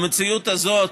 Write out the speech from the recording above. המציאות הזאת